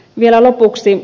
vielä lopuksi